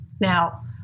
Now